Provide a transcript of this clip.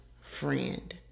friend